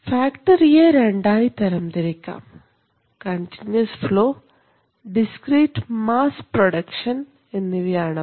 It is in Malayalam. ഫാക്ടറിയെ രണ്ടായി തരം തിരിക്കാം continuous flow discrete mass production എന്നിവയാണവ